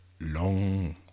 long